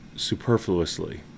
superfluously